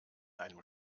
einem